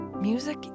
Music